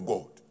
God